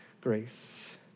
grace